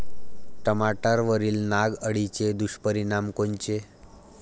टमाट्यावरील नाग अळीचे दुष्परिणाम कोनचे?